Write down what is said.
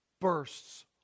bursts